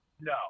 no